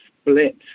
split